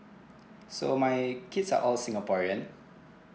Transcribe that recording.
so my kids are all singaporean